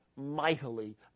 mightily